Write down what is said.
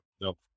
Nope